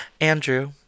Andrew